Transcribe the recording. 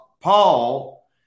Paul